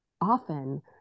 often